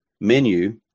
menu